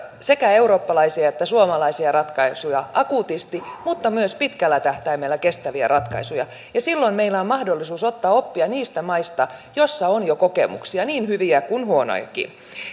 sekä eurooppalaisia että suomalaisia ratkaisuja akuutisti mutta myös pitkällä tähtäimellä kestäviä ratkaisuja silloin meillä on mahdollisuus ottaa oppia niistä maista joissa on jo kokemuksia niin hyviä kuin huonojakin